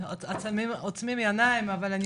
אתם עוצמים עיניים אבל אני עוברת פה משא,